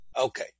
Okay